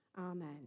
Amen